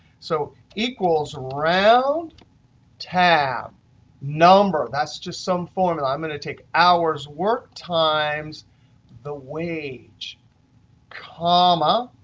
so equals round tab number. that's just some formula. i'm going to take hours were times the wage comma,